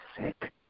sick